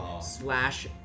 slash